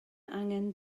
angen